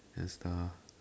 and stuff